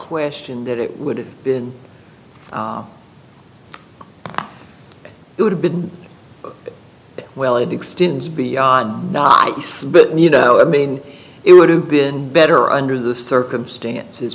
question that it would have been it would have been well it extends beyond not yes but you know i mean it would have been better under the circumstances